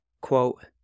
quote